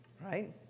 right